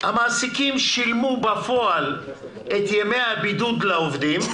המעסיקים שילמו בפועל בכסף את ימי הבידוד לעובדים